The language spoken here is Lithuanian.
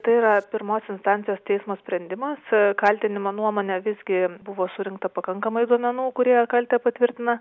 tai yra pirmos instancijos teismo sprendimas kaltinimo nuomone visgi buvo surinkta pakankamai duomenų kurie kaltę patvirtina